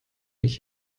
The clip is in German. ich